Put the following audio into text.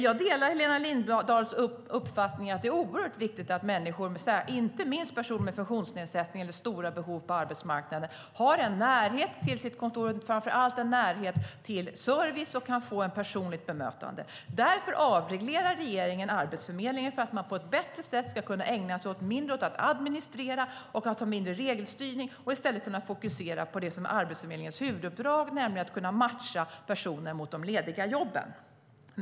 Jag delar Helena Lindahls uppfattning att det är oerhört viktigt att människor, inte minst personer med funktionsnedsättning eller stora behov på arbetsmarknaden, har en närhet till sitt kontor och framför allt en närhet till service och kan få ett personligt bemötande. Därför avreglerar regeringen Arbetsförmedlingen, så att man på ett bättre sätt ska kunna ägna sig mindre åt att administrera och ha mindre regelstyrning och i stället kunna fokusera på det som är Arbetsförmedlingens huvuduppdrag, nämligen att matcha personer mot lediga jobb.